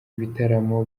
ibitaramo